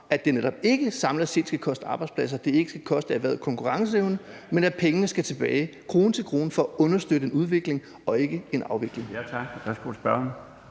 at det netop ikke samlet set skal koste arbejdspladser, at det ikke skal koste erhvervet konkurrenceevne, men at pengene skal tilbage krone til krone for at understøtte en udvikling og ikke en afvikling.